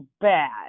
bad